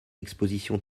expositions